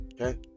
Okay